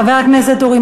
חבר הכנסת אורי